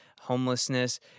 homelessness